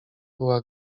była